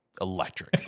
electric